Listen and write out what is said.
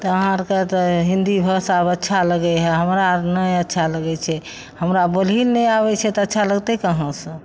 तऽ अहाँ आरके तऽ हिंदी भाषा अच्छा लगै हइ हमरा आर नहि अच्छा लगै छै हमरा बोलिए नहि आबै छै तऽ अच्छा लगतै कहाँ सऽ